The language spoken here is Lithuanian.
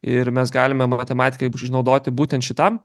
ir mes galime matematikai naudoti būtent šitam